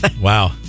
Wow